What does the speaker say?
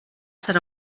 serà